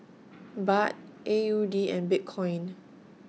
Baht A U D and Bitcoin